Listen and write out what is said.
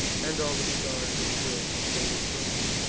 and all the stars that gild her sable throne,